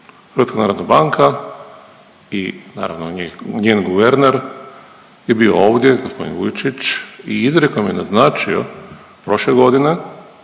ovu državu. HNB i naravno, njen guverner je bio ovdje, g. Vujčić i izrijekom je naznačio prošle godine